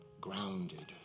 grounded